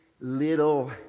little